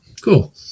cool